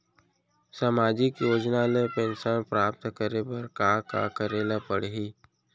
सामाजिक योजना ले पेंशन प्राप्त करे बर का का करे ल पड़ही?